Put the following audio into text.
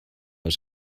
was